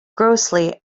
grossly